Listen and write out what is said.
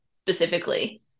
specifically